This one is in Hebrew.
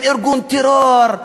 עם ארגון טרור,